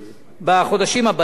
בחודשים הבאים.